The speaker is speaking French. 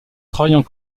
travaillant